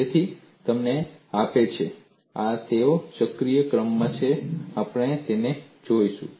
તેથી આ તમને આપે છે તેઓ ચક્રીય ક્રમમાં છે આપણે તેમને જોઈશું